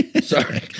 Sorry